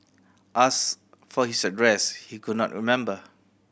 asked for his address he could not remember